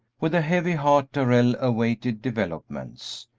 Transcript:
with a heavy heart darrell awaited developments.